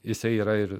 jisai yra ir